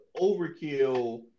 overkill